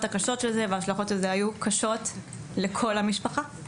של זה וההשלכות של זה היו קשות לכל המשפחה.